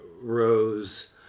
Rose